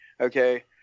Okay